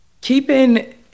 keeping